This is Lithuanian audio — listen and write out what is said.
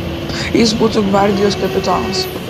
jis būtų gvardijos kapitonas